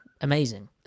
Amazing